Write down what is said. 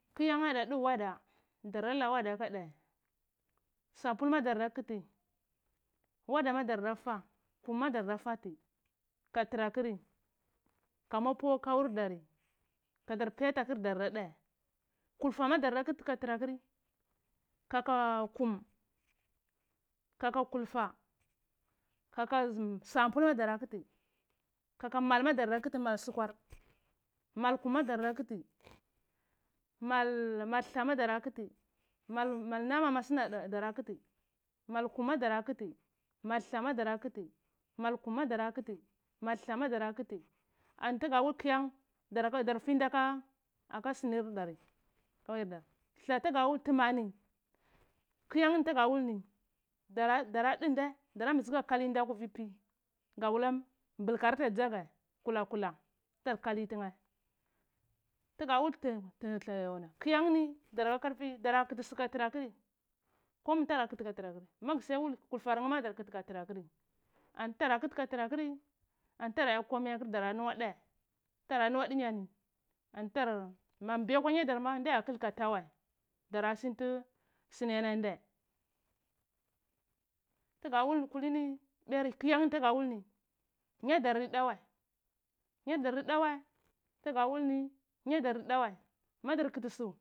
Kya nada di wada dara la wada kadae sampul ma dar da kti wada ma dar da fa kum ma darda fati ka tra kri kama pu akwa kawur dari kadar pi atakr dar da dare kul fama darda kti ka trakr kaka kum kaka kulfa kaka zm sampul ma dara kti mal ma dara kti mal skwar mal kum ma dar dan kti mal tha ma dara kti mal nama ma sna dara kti mal kum ma dara kti mal tha ma dara kti mal kum ma dara kti anti gada wul kyan dar snta ka aka snir dara kawai dart ha tgawul ni kyan tga wul ni dara dn dae dara mbzi ka kalin dae akwa vi pi ga wul mbrkar ta dza gae kula kula dar kali tnae tga wul kiyanni krthi dura kti su ka dar trakr komi tdar trakr mag siya wul kul farnae ma dara kti ka trakr anil dara kti katra kri antada hya komi akr dara nuwa dae tara awa dinyani anitara mambi akwa nya dar ma dara kl kata wae dara sni ana ndae tgawul ni kulini kyan tiga wul ni nya dar adi da wae nya dar adi da wae tga wul ni nya dar adi da wae madar kti su tgawul.